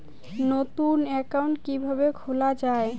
নতুন একাউন্ট কিভাবে খোলা য়ায়?